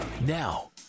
Now